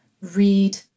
Read